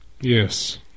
Yes